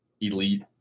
elite